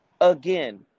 again